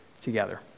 together